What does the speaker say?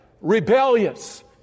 rebellious